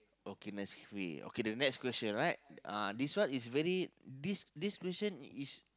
okay Nescafe okay the next question right uh this one is very this this question is